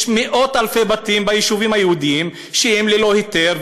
יש מאות-אלפי בתים ביישובים היהודיים שהם ללא היתר.